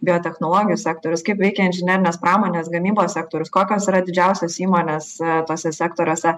biotechnologijų sektorius kaip veikia inžinerinės pramonės gamybos sektorius kokios yra didžiausios įmonės tuose sektoriuose